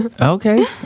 okay